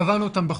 קבענו אותם בחוק.